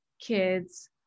kids